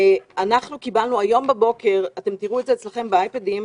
כפי שתראו אצלכם באייפדים,